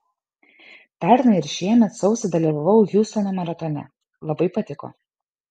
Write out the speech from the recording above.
pernai ir šiemet sausį dalyvavau hiūstono maratone labai patiko